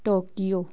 Tokyo